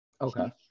Okay